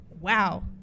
wow